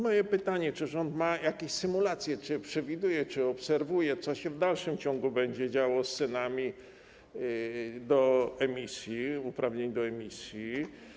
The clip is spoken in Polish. Moje pytania: Czy rząd ma jakieś symulacje, czy przewiduje, czy obserwuje, co się w dalszym ciągu będzie działo z cenami uprawnień do emisji?